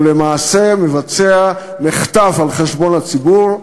הוא למעשה מבצע מחטף על חשבון הציבור.